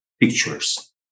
pictures